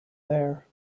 there